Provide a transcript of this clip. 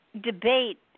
debate